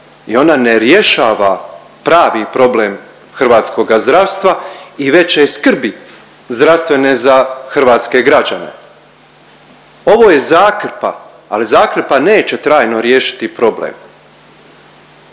i ona ne rješava pravi problem hrvatskoga zdravstva i veće i skrbi zdravstvene za hrvatske građane. Ovo je zakrpa, ali zakrpa neće trajno riješiti problem.